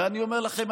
ואני אומר לכם,